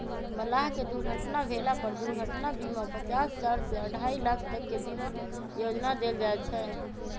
मलाह के दुर्घटना भेला पर दुर्घटना बीमा पचास हजार से अढ़ाई लाख तक के बीमा योजना देल जाय छै